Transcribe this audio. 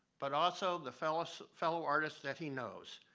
but also the fellow so fellow artists that he knows.